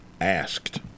asked